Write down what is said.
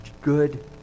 good